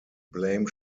blame